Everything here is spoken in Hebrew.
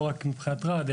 לא רק מבחינת רעידת אדמה,